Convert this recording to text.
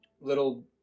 little